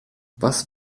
was